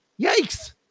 Yikes